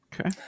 Okay